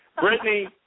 Brittany